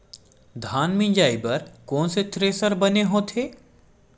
धान मिंजई बर कोन से थ्रेसर बने होथे?